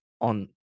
on